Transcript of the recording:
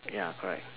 ya correct